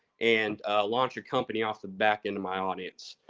and launch a company off the backend of my audience.